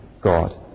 God